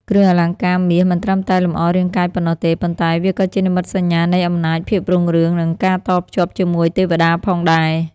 គ្រឿងអលង្ការមាសមិនត្រឹមតែលម្អរាងកាយប៉ុណ្ណោះទេ ប៉ុន្តែវាក៏ជានិមិត្តសញ្ញានៃអំណាច ភាពរុងរឿង និងការតភ្ជាប់ជាមួយទេវតាផងដែរ។